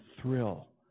thrill